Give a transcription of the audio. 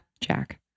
Jack